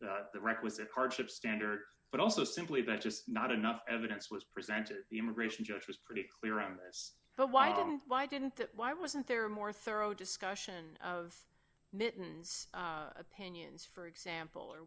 the requisite hardship standard but also simply that just not enough evidence was presented the immigration judge was pretty clear on this but why why didn't that why wasn't there a more thorough discussion of mittens opinions for example or